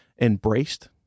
embraced